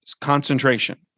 concentration